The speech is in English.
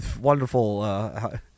wonderful